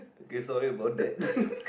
K sorry about that